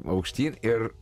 aukštyn ir